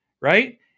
right